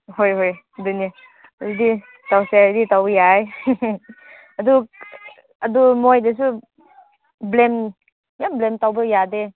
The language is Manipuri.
ꯍꯣꯏ ꯍꯣꯏ ꯑꯗꯨꯅꯤ ꯑꯗꯨꯗꯤ ꯇꯧꯁꯦ ꯍꯥꯏꯔꯗꯤ ꯇꯧꯕ ꯌꯥꯏ ꯑꯗꯨ ꯑꯗꯨ ꯃꯣꯏꯗꯁꯨ ꯕ꯭ꯂꯦꯝ ꯌꯥꯝ ꯕ꯭ꯂꯦꯝ ꯇꯧꯕ ꯌꯥꯗꯦ